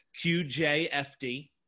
qjfd